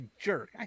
jerk